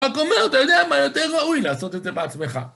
רק אומר אתה יודע מה יותר ראוי לעשות את זה בעצמך